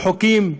לא חוקים,